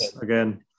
Again